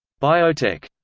biotech.